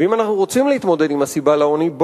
ואם אנחנו רוצים להתמודד עם הסיבה לעוני,